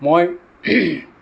মই